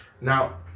Now